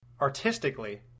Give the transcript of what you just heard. Artistically